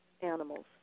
animals